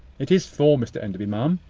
it is for mr enderby, ma'am.